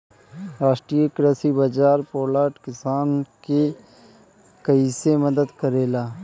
राष्ट्रीय कृषि बाजार पोर्टल किसान के कइसे मदद करेला?